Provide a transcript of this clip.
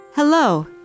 Hello